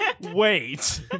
Wait